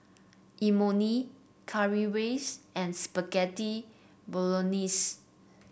Imoni Currywurst and Spaghetti Bolognese